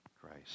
Christ